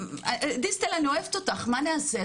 דיסטל, אני אוהבת אותך, מה נעשה?